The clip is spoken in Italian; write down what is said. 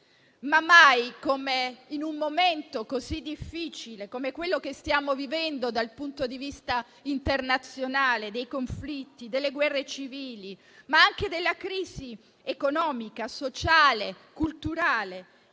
Mai come in un momento così difficile come quello che stiamo vivendo - dal punto di vista internazionale, dei conflitti e delle guerre civili, ma anche della grande crisi economica, sociale, culturale